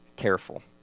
careful